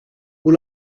hoe